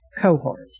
cohort